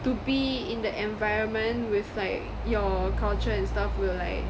to be in the environment with like your culture and stuff will like